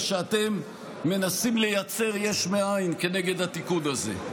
שאתם מנסים לייצר יש מאין כנגד התיקון הזה.